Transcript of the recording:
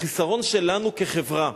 לחיסרון שלנו כחברה.